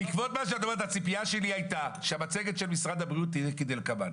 אומרת, שהמצגת של משרד הבריאות תהיה כדלקמן,